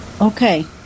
Okay